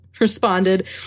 responded